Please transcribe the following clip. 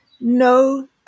No